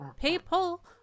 people